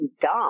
dumb